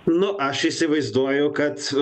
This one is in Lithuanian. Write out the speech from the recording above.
nu aš įsivaizduoju kad